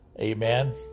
amen